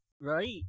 Right